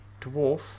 dwarf